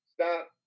stop